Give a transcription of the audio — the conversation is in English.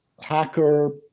hacker